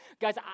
Guys